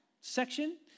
section